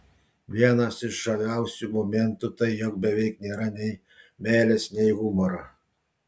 vienas iš žaviausių momentų tai jog beveik nėra nei meilės nei humoro